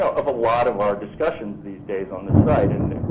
of a lot of our discussions these days on the site. and,